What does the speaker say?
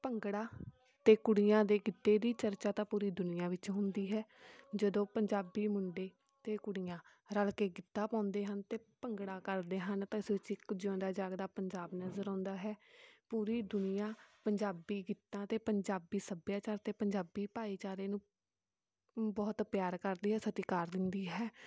ਭੰਗੜਾ ਅਤੇ ਕੁੜੀਆਂ ਦੇ ਗਿੱਧੇ ਦੀ ਚਰਚਾ ਤਾਂ ਪੂਰੀ ਦੁਨੀਆ ਵਿੱਚ ਹੁੰਦੀ ਹੈ ਜਦੋਂ ਪੰਜਾਬੀ ਮੁੰਡੇ ਅਤੇ ਕੁੜੀਆਂ ਰਲ ਕੇ ਗਿੱਧਾ ਪਾਉਂਦੇ ਹਨ ਅਤੇ ਭੰਗੜਾ ਕਰਦੇ ਹਨ ਤਾਂ ਇਸ ਵਿੱਚ ਇੱਕ ਜਿਊਂਦਾ ਜਾਗਦਾ ਪੰਜਾਬ ਨਜ਼ਰ ਆਉਂਦਾ ਹੈ ਪੂਰੀ ਦੁਨੀਆ ਪੰਜਾਬੀ ਗੀਤਾਂ ਅਤੇ ਪੰਜਾਬੀ ਸੱਭਿਆਚਾਰ ਅਤੇ ਪੰਜਾਬੀ ਭਾਈਚਾਰੇ ਨੂੰ ਬਹੁਤ ਪਿਆਰ ਕਰਦੀ ਹੈ ਸਤਿਕਾਰ ਦਿੰਦੀ ਹੈ